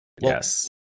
Yes